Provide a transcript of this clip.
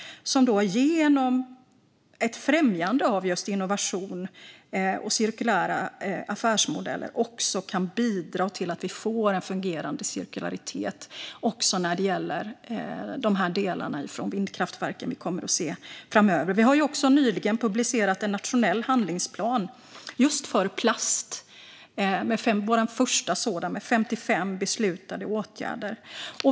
Genom ett främjande av innovation och cirkulära affärsmodeller kan man bidra till att vi får en fungerande cirkularitet också när det gäller de här delarna från vindkraftverken. Vi har också nyligen publicerat en nationell handlingsplan för plast, vår första, med 55 beslutade åtgärder.